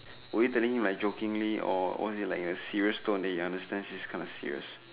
were you telling him like jokingly or was it like in a serious tone then he understand this kind of serious